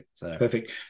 Perfect